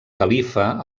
califa